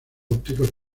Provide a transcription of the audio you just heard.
ópticos